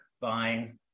buying